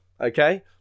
okay